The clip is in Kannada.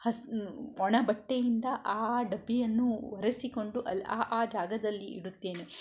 ಹಸಿ ಒಣ ಬಟ್ಟೆಯಿಂದ ಆ ಆ ಡಬ್ಬಿಯನ್ನು ಒರೆಸಿಕೊಂಡು ಅಲ್ಲಿ ಆ ಆ ಜಾಗದಲ್ಲಿ ಇಡುತ್ತೇನೆ